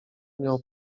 miał